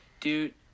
Dude